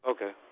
Okay